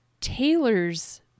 Taylor's